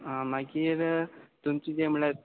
आं मागीर तुमची जें म्हणल्यार